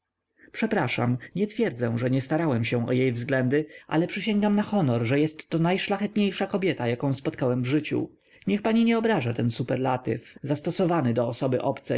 przepraszam nie twierdzę że nie starałem się o jej względy ale przysięgam na honor że jestto najszlachetniejsza kobieta jaką spotkałem w życiu niech pani nie obraża ten superlatyw zastosowany do osoby obcej